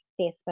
Facebook